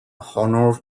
honours